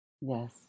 yes